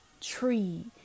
tree